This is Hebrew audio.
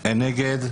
מי נגד?